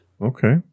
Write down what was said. Okay